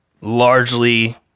largely